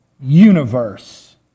Universe